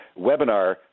webinar